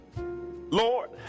Lord